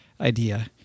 idea